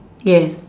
yes